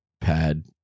pad